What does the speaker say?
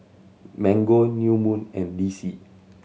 Mango New Moon and D C